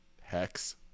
hex